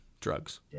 drugs